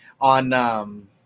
on